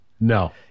No